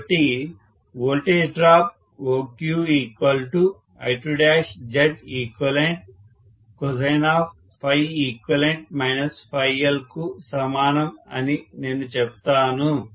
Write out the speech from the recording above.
కాబట్టి voltage drop OQI2Zeqcoseq Lకు సమానం అని నేను చెప్తాను